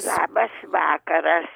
labas vakaras